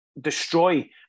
Destroy